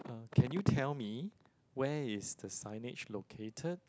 can you tell me where is the signage located